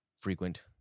frequent